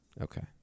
Okay